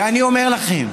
ואני אומר לכם,